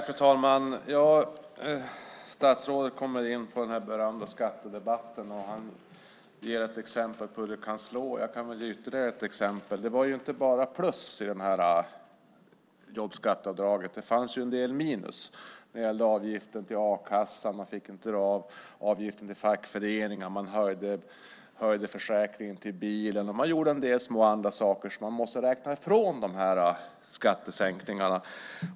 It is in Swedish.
Fru talman! Statsrådet kommer in på den berömda skattedebatten. Han ger ett exempel på hur det kan slå, och jag kan ge ytterligare ett exempel. Det var inte bara plus i jobbskatteavdraget. Det fanns en del minus när det gällde avgiften till a-kassan, inget avdrag för avgiften till fackföreningen, höjd försäkringsavgift för bilen och en del andra små saker som måste räknas ifrån skattesänkningarna.